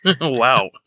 Wow